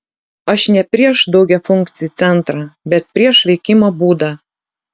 aš ne prieš daugiafunkcį centrą bet prieš veikimo būdą